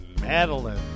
Madeline